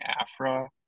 Afra